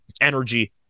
energy